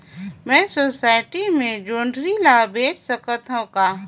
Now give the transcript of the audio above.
मैं सोसायटी मे जोंदरी ला बेच सकत हो का?